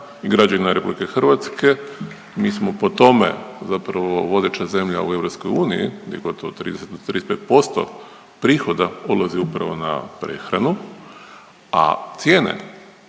građanina RH. Mi smo po tome zapravo vodeća zemlja u EU gdje gotovo 30 do 35% prihoda odlazi upravo na prehranu, a cijene